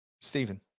Stephen